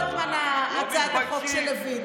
לא הספיקה לרוטמן הצעת החוק של לוין,